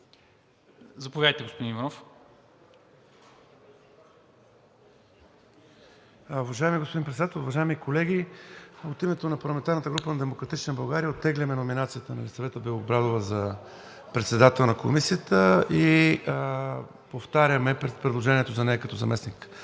Заповядайте, господин Иванов. ХРИСТО ИВАНОВ (ДБ): Уважаеми господин Председател, уважаеми колеги! От името на парламентарната група на „Демократична България“ оттегляме номинацията на Елисавета Белобрадова за председател на Комисията и повтаряме предложението за нея като